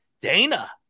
Dana